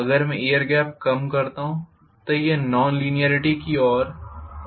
अगर मैं air gap कम करता हूँ तो यह नॉन लिनीयॅरिटी की ओर और आगे बढ़ती है